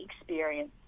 experience